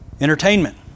Entertainment